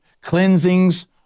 cleansings